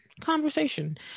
conversation